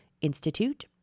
Institute